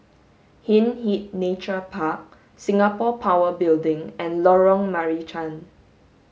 Hindhede Nature Park Singapore Power Building and Lorong Marican